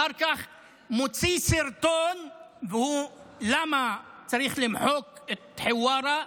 אחר כך מוציא סרטון למה צריך למחוק את חווארה,